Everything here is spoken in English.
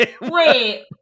wait